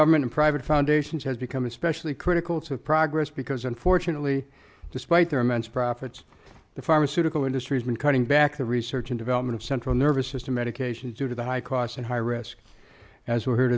government to private foundations has become especially critical to progress because unfortunately despite their immense profits the pharmaceutical industry has been cutting back the research and development of central nervous system medications due to the high costs and high risks as we he